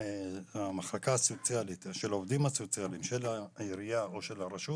המחלקה הסוציאלית של העירייה או של הרשות,